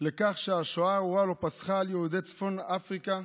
לכך שהשואה הארורה לא פסחה על יהודי צפון אפריקה.